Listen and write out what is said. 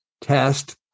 Test